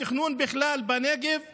התכנון בנגב בכלל,